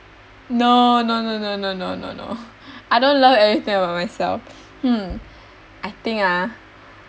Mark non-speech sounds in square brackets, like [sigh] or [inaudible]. no no no no no no no no [laughs] I don't love everything about myself hmm I think ah